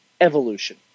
evolution